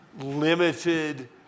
limited